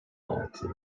altı